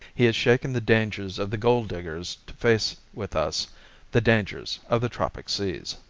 he has shaken the dangers of the gold-diggers to face with us the dangers of the tropic seas.